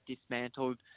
dismantled